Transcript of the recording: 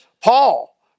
Paul